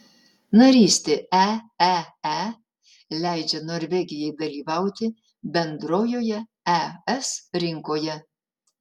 narystė eee leidžia norvegijai dalyvauti bendrojoje es rinkoje